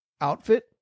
outfit